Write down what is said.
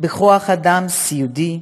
בכוח אדם סיעודי,